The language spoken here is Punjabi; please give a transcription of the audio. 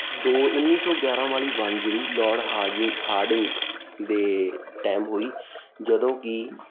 ਦੋ ਉੱਨੀ ਸੌ ਗਿਆਰ੍ਹਾਂ ਵਾਲੀ ਵੰਡ ਜਿਹੜੀ ਲੋਰਡ ਹਾਰਜ਼ਿਗ ਹਾਰਡਿੰਗ ਦੇ ਟਾਈਮ ਹੋਈ ਜਦੋਂ ਕਿ